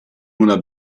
una